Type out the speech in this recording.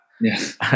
Yes